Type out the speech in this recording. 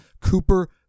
Cooper